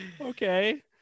Okay